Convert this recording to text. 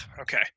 Okay